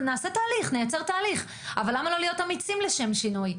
נעשה תהליך, אבל למה לא להיות אמיצים לשם שינוי?